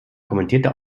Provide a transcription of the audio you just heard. kommentierte